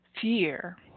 fear